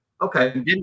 Okay